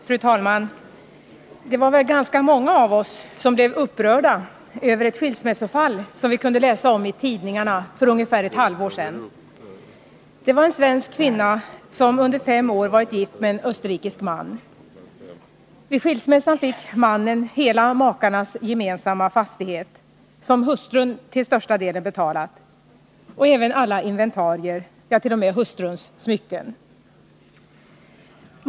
Fru talman! Det var väl ganska många av oss som blev upprörda över ett skilsmässofall som vi kunde läsa om i tidningarna för ungefär ett halvår sedan. Det var en svensk kvinna som under fem år varit gift med en österrikisk man. Vid skilsmässan fick mannen hela makarnas gemensamma fastighet, som hustrun till största delen betalat, och även alla inventarier, ja, t.o.m. hustruns smycken.